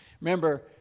Remember